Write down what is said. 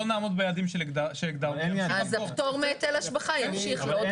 לא נעמוד ביעדים שהגדרנו --- אז הפטור מהיטל השבחה ימשיך לעוד